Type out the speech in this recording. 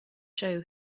show